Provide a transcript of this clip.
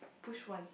push once